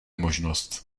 možnost